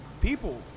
people